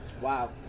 Wow